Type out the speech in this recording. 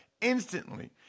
instantly